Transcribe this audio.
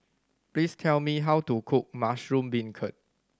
please tell me how to cook mushroom beancurd